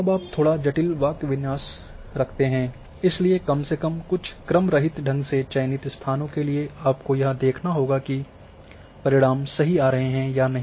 अब आपने थोड़ा जटिल वाक्य विन्यास रखा है इसलिए कम से कम कुछ क्रमरहित ढंग से चयनित स्थानों के लिए आपको यह देखना होगा कि परिणाम सही आ रहे हैं या नहीं